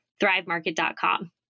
ThriveMarket.com